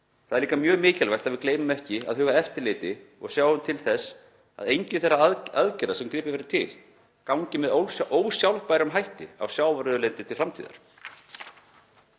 Það er líka mjög mikilvægt að við gleymum ekki að huga að eftirliti og sjáum til þess að engin þeirra aðgerða sem gripið verður til gangi með ósjálfbærum hætti á sjávarauðlindina til framtíðar.